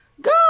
Go